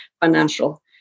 financial